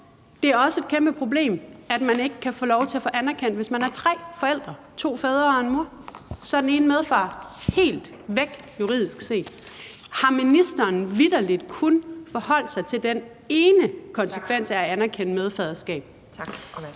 Det er også et kæmpeproblem, at man ikke kan få lov til at få anerkendt det, hvis man er tre forældre – to fædre og en mor. Så er den ene medfar helt væk juridisk set. Har ministeren vitterlig kun forholdt sig til den ene konsekvens af at anerkende medfaderskab? Kl.